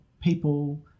people